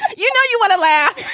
you know you want to laugh?